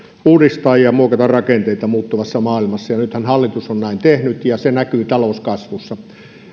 uudistaa ja muokata rakenteita muuttuvassa maailmassa ja nythän hallitus on näin tehnyt ja se näkyy talouskasvussa